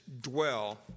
dwell